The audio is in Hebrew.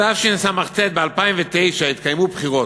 בתשס"ט, ב-2009, התקיימו בחירות.